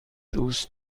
دوست